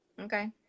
okay